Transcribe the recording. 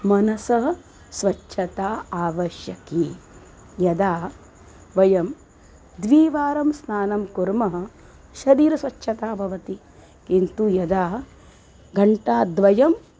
मनसः स्वच्छता आवश्यकी यदा वयं द्विवारं स्नानं कुर्मः शरीरस्वच्छता भवति किन्तु यदा घण्टाद्वयम्